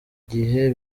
gihe